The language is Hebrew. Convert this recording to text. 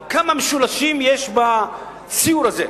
או, כמה משולשים יש בציור הזה?